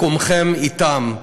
מקומכם אתם.